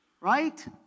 Right